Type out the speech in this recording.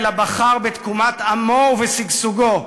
אלא בחר בתקומת עמו ושגשוגו.